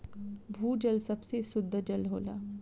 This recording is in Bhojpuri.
भूजल सबसे सुद्ध जल होला